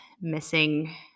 missing